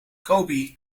kobe